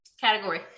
Category